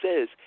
says